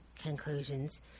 conclusions